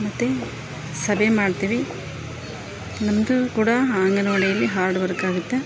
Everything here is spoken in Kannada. ಮತ್ತು ಸಭೆ ಮಾಡ್ತೀವಿ ನಮ್ಮದು ಕೂಡ ಅಂಗನವಾಡಿಯಲ್ಲಿ ಹಾರ್ಡ್ ವರ್ಕ್ ಆಗುತ್ತೆ